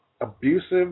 Abusive